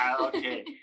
Okay